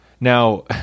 now